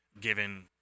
given